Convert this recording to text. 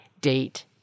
DATE